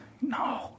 No